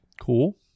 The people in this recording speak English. Cool